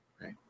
right